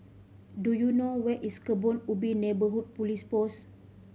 do you know where is Kebun Ubi Neighbourhood Police Post